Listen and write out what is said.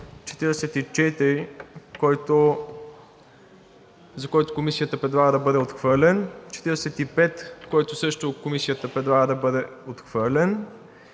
44, който Комисията предлага да бъде отхвърлен, § 45, който също Комисията предлага да бъде отхвърлен,